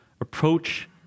approach